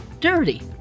dirty